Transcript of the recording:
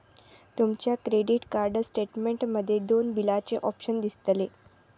तुमच्या credit card statement मध्ये दोन बिलाचे ऑप्शन दिसतले